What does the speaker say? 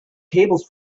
tables